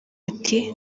ati